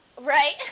Right